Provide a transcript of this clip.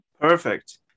Perfect